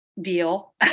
deal